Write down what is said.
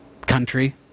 Country